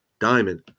Diamond